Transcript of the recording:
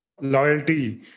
loyalty